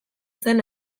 zen